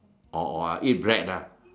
or or I eat bread ah